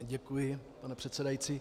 Děkuji, pane předsedající.